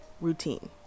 routine